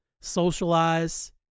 socialize